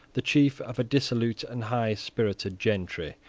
the chief of a dissolute and high spirited gentry,